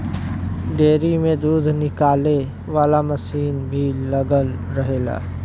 dairy में दूध निकाले वाला मसीन भी लगल रहेला